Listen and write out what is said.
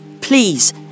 please